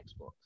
Xbox